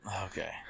Okay